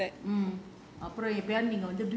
mm